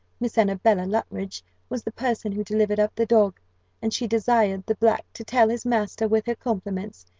miss annabella luttridge was the person who delivered up the dog and she desired the black to tell his master, with her compliments,